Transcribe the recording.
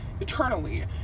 eternally